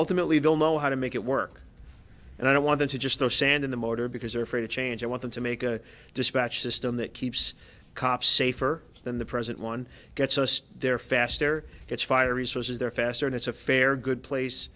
ultimately they'll know how to make it work and i don't want them to just throw sand in the motor because they're afraid of change i want them to make a dispatch system that keeps cops safer than the present one gets there faster it's fire resources they're faster and it's a fair good place